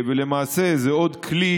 למעשה זה עוד כלי